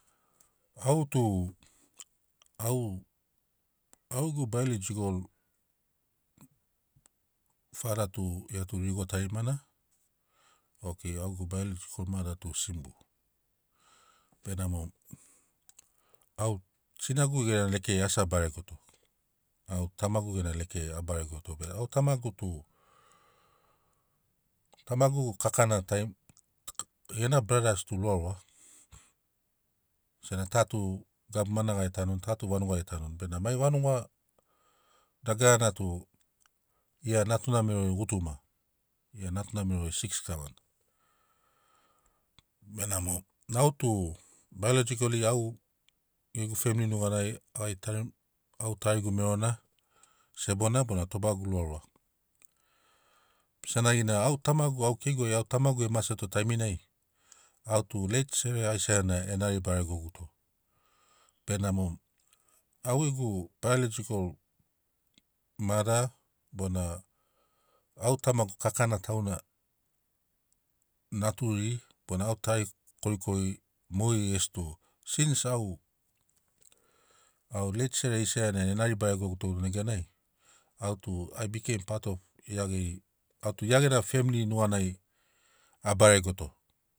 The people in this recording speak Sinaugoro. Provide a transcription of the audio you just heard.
Au tu au- au ḡegu bailojikol fada tu ḡia tu riḡo tarimana okei au ḡegu bailojikol mada tu simbu benamo au sinagu ḡena lekeai asi a baregoto au tamagu ḡena lekeai a baregoto be au tamagu tu tamagu kakana tari ḡena bradas tu lualua sena ta tu gabu manaḡai e tanuni ta tu vanuḡai e tanuni bena mai vanuḡa dagarana tu ḡia natuna merori ḡutuma ḡia natuna merori siks kavana benamo au tu bailojikoli au ḡegu femili nuḡanai ḡai tarim au tarigu merona sebona bona tobagu lualua senaḡina au tamagu au keiguai au tamagu e maseto taimi nai au tu leit sere isaiah na e nari baregoguto benamo au ḡegu bailojikol mada bona au tamagu kakana tauna naturi bona au tarigu korikoriri moḡeri ḡesi tu sins au- au leit sere isaiah na enari baregoguto neganai au tu ai bikeim pat of ḡia ḡeri au tu ḡia ḡena femili nuḡanai a baregoto